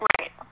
right